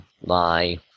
Lie